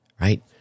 right